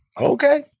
Okay